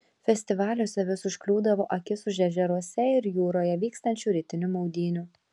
festivaliuose vis užkliūdavo akis už ežeruose ir jūroje vykstančių rytinių maudynių